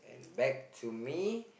back to me